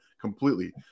completely